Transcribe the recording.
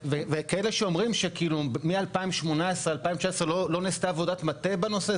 כאלה שאומרים שמ-2018 2019 לא נעשתה עבודת מטה בנושא,